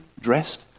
dressed